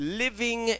living